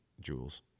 jewels